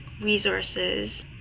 resources